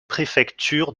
préfecture